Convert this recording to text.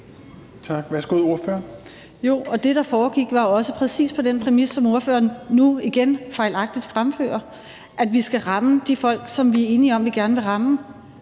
Vermund (NB): Jo, og det, der foregik, var også præcis på den præmis, som ordføreren nu igen fejlagtigt fremfører, nemlig at vi skal ramme de folk, som vi er enige om vi gerne vil ramme.